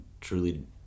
Truly